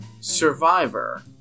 Survivor